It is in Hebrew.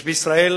יש בישראל